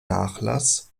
nachlass